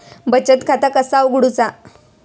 बचत खाता कसा उघडूचा?